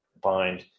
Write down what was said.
bind